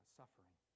suffering